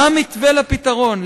מה המתווה לפתרון?